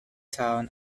town